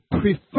prefer